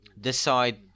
decide